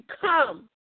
come